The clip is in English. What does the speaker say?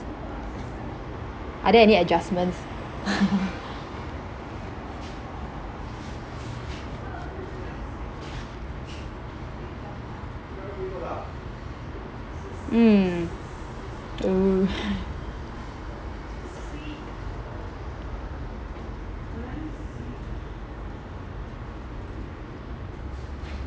are there any adjustments mm oo